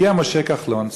הגיע משה כחלון,